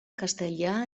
castellà